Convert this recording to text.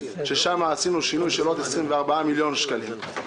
ששם עשינו שינוי של עוד 24 מיליון שקלים.